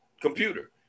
computer